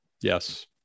Yes